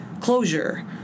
closure